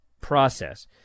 process